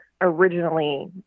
originally